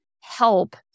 help